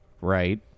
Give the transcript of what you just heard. Right